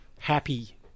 happy